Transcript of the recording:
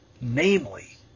namely